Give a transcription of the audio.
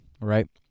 right